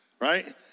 right